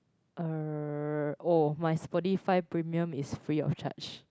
uh oh my Spotify premium is free of charge